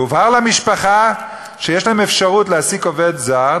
הובהר למשפחה שיש להם אפשרות להעסיק עובד זר,